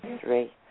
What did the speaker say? three